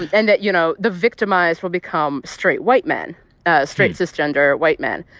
and that, you know, the victimized will become straight white men straight cisgender white men,